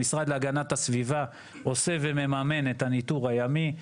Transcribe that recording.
המשרד להגנת הסביבה עושה וממן את הניתור הימי,